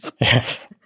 Yes